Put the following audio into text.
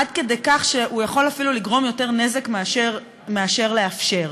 עד כדי כך שהוא יכול אפילו לגרום יותר נזק מאשר לאפשר.